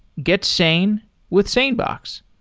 get sane with sanebox.